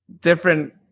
different